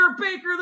Baker